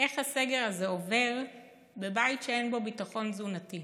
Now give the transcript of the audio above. איך הסגר הזה עובר בבית שאין בו ביטחון תזונתי,